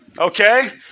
Okay